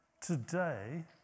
today